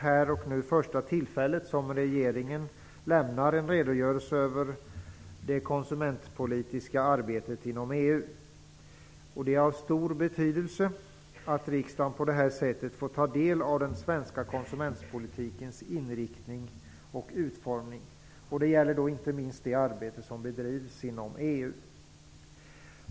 Här och nu är första tillfället som regeringen lämnar en redogörelse över det konsumentpolitiska arbetet inom EU. Det är av stor betydelse att riksdagen på detta sätt får ta del av den svenska konsumentpolitikens inriktning och utformning. Det gäller då inte minst det arbete som bedrivs inom EU.